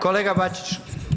Kolega Bačić!